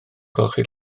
golchi